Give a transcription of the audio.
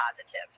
positive